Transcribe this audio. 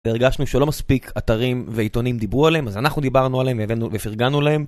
הרגשנו שלא מספיק אתרים ועיתונים דיברו עליהם, אז אנחנו דיברנו עליהם ופרגנו להם.